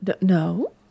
No